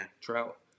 trout